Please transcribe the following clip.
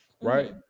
right